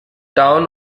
town